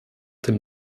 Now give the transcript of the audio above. dem